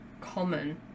common